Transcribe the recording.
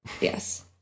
Yes